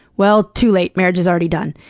well, too late. marriage is already done.